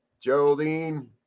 Geraldine